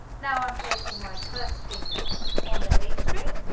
now i'm placing my first finger on the a string,